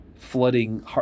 Flooding